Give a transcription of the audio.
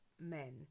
men